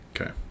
Okay